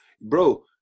Bro